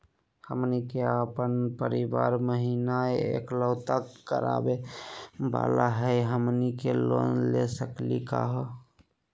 हमनी के अपन परीवार महिना एकलौता कमावे वाला हई, हमनी के लोन ले सकली का हो?